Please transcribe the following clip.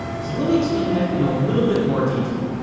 so let me explain that in a little bit more detail